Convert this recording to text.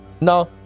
No